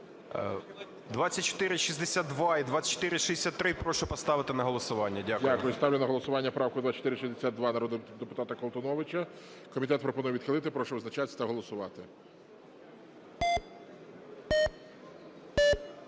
2462 і 2463 прошу поставити на голосування. Дякую. ГОЛОВУЮЧИЙ. Дякую. Ставлю на голосування правку 2462 народного депутата Колтуновича. Комітет пропонує відхилити. Прошу визначатись та голосувати.